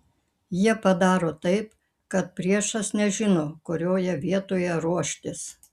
jie padaro taip kad priešas nežino kurioje vietoj ruoštis